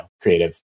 creative